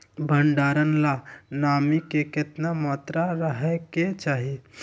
भंडारण ला नामी के केतना मात्रा राहेके चाही?